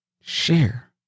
share